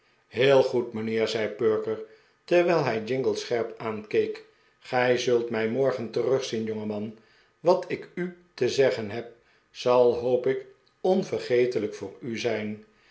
heel goed mijnheer zei perker terwijl hij jingle scherp aankeek gij zult mij morgen terugzien jongeman wat ik u te zeggen heb zal hoop ik onvergetelijk voor u zijn